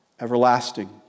everlasting